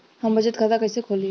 हम बचत खाता कइसे खोलीं?